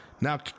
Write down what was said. Now